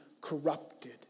corrupted